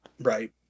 right